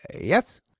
Yes